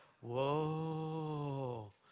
whoa